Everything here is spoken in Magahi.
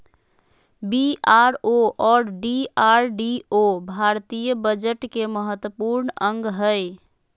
बी.आर.ओ और डी.आर.डी.ओ भारतीय बजट के महत्वपूर्ण अंग हय